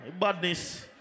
Badness